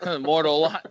Mortal